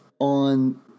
on